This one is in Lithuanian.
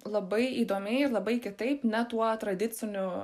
labai įdomiai ir labai kitaip ne tuo tradiciniu